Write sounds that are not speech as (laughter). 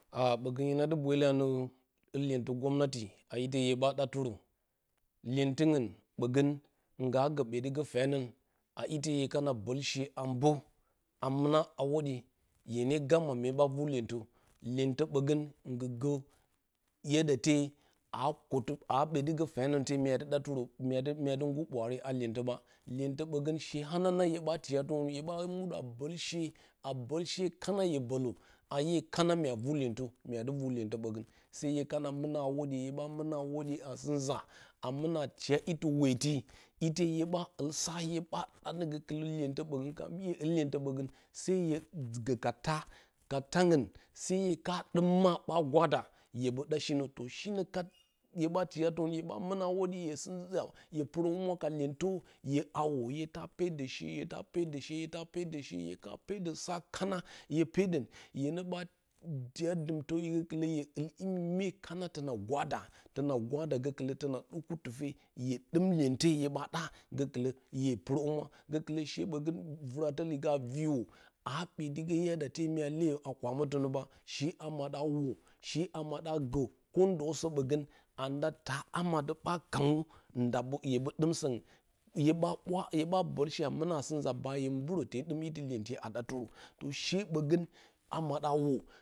Aa ɓogə hina dɨ bwele anə ulluentɨ gomnati a ite hye ɓa ɗarə inentiung ɓogə nga gə ɓodɨ ga fyonəng a ite hye kana bolshe ambə a muna hodue hye (unintelligible) mye ɓa vu iyentə iyentə ɓogə ngɨ gə (unintelligible) a kolə a ɓotɨgə fyanəng te mya dɨ ɗatɨrə muadɨ myadɨ ngur bwaar a 'yentə (unintelligible) iyentə ɓogə she hananang hye ɓatiye tərən hue ba muɗa bolshe a bolshe kana hye bole a hue kana mya ru iyentə muadi vu iyentə ɓogən sai hyeka mɨna a hodye hye ɓa mɨna a hodye a sɨnza a mɨna tiya iti weti ite hye ba ul sa hye ɓa da gokɨlə iyentə bogə kat mye ul iyentə ɓosə (unintelligible) hye ka dɨm ma ɓa gwada hye ɓə da shineə to shino kat hye ɓa tiyatirə hye ɓa mɨna hodye hye sɨ nza hue purohumura ka iyentə hye hawo hue ta pedə she hueta pedə she hueta pedə she hyeka pedəsa kana hye pedə hyna ɓoi tiya dɨmtə gokɨlə hye ul imi mye kana tona gwada yona gurrada gokɨlə tona ɗɨku tufe hye dɨ iyente hye ɓa ɗa gokɨlə hye purə humwa gəkɨlə she ɓogə viqdə (unintelligible) vɨwa a sotta sai mya leyə a kuromə a she a maɗa oo she a mada go dəsə ɓogə anda da amadə kanugu naabə huebə dɨm saugo ba ɓa bwa hye ɓa boləne a mɨna na ba hue mhurə te dɨm ti luputɨ do fiyə to ashe bogdə amahda o o.